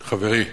חברי.